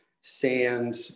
sand